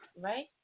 right